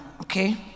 Okay